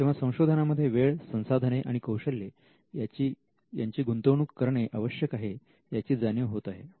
तेव्हा संशोधनामध्ये वेळ संसाधने आणि कौशल्य यांची गुंतवणूक करणे आवश्यक आहे याची जाणीव होत आहे